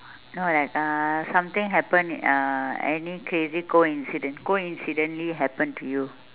no like uh something happen uh any crazy coincidence coincidentally happen to you